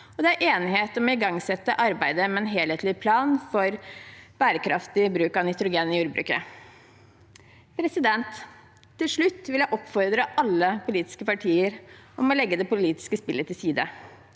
det er enighet om å igangsette arbeidet med en helhetlig plan for bærekraftig bruk av nitrogen i jordbruket. Til slutt vil jeg oppfordre alle politiske partier til å legge det politiske spillet til side.